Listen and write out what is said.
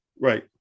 Right